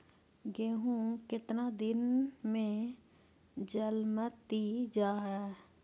गेहूं केतना दिन में जलमतइ जा है?